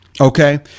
Okay